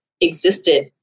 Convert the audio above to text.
existed